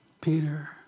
Peter